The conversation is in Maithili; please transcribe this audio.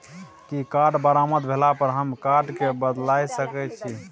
कि कार्ड बरबाद भेला पर हम कार्ड केँ बदलाए सकै छी?